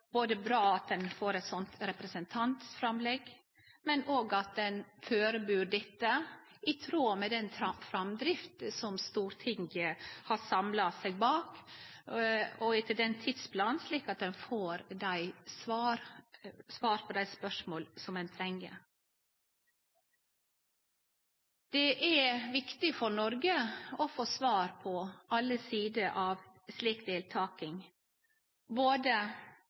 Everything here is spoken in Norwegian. både dei militære og dei sivile. Det er difor bra at ein får eit slikt representantframlegg, men òg at ein førebur dette i tråd med framdrifta som Stortinget har samla seg bak, og etter tidsplanen, slik at ein får svar på dei spørsmåla som ein treng. Det er viktig for Noreg å få svar på alle sider av slik